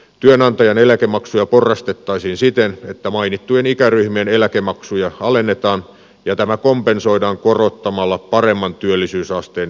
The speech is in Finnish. työnantajan eläkemaksuja porrastettaisiin siten että mainittujen ikäryhmien eläkemaksuja alennetaan ja tämä kompensoidaan korottamalla paremman työllisyysasteen ikäluokkien maksuja